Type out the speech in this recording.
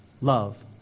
love